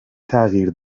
تغییر